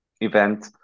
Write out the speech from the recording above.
event